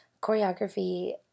choreography